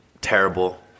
terrible